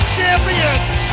champions